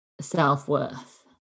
self-worth